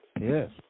Yes